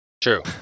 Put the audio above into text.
True